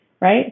right